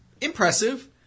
impressive